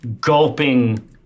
gulping